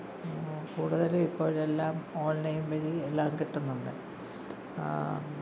കൂടുതലും ഇപ്പോഴെല്ലാം ഓൺലൈൻ വഴി എല്ലാം കിട്ടുന്നുണ്ട്